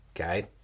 Okay